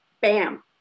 Bam